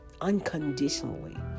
unconditionally